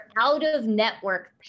out-of-network